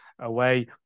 away